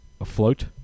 afloat